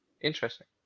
Interesting